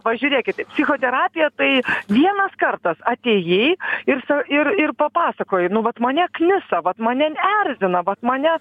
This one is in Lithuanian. va žiūrėkit psichoterapija tai vienas kartas atėjai ir sau ir ir papasakojai nu vat mane knisa vat mane erzina vat mane